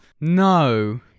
no